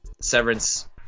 severance